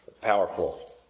Powerful